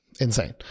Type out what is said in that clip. insane